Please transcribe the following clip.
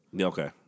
Okay